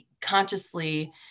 consciously